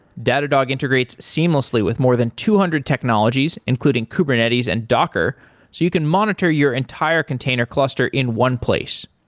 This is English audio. datadog integrates seamlessly with more than two hundred technologies including kubernetes and docker so you can monitor your entire container cluster in one place.